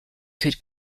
could